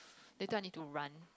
later I need to run